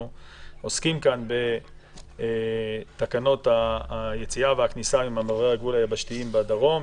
אנחנו עוסקים כאן בתקנות היציאה והכניסה במעברי הגבול היבשתיים בדרום,